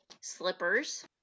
slippers